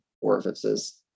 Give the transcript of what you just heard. orifices